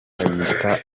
bayita